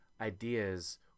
ideas